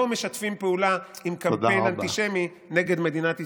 לא משתפים פעולה עם קמפיין אנטישמי נגד מדינת ישראל.